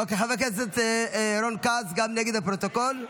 אוקיי, גם חבר הכנסת רון כץ נגד לפרוטוקול.